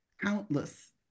countless